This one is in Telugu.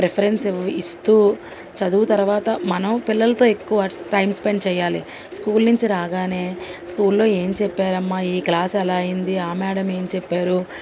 ప్రిఫరెన్స్ ఇవ్ ఇస్తు చదువు తర్వాత మనం పిల్లలతో ఎక్కువ టైం స్పెండ్ చేయాలి స్కూల్ నుంచి రాగానే స్కూల్లో ఏం చెప్పారమ్మా ఈ క్లాస్ ఎలా అయ్యింది ఆ మేడం ఏమి చెప్పారు